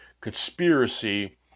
conspiracy